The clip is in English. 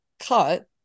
cut